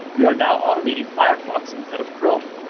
you are now automating firefox instead of chrome.